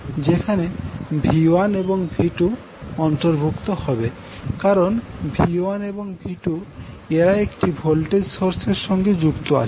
যেখানে V1 এবং V2 অন্তর্ভুক্ত হবে কারণ V1 এবং V2 এরা একটি ভল্টেজ সোর্স এর সঙ্গে যুক্ত আছে